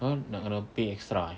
mount nak kena pay extra eh